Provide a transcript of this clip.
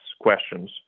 questions